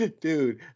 dude